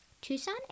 Tucson